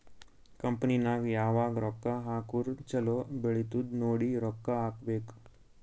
company ನಾಗ್ ಯಾವಾಗ್ ರೊಕ್ಕಾ ಹಾಕುರ್ ಛಲೋ ಬೆಳಿತ್ತುದ್ ನೋಡಿ ರೊಕ್ಕಾ ಹಾಕಬೇಕ್